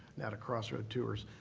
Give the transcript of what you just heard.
now to crossroad tours.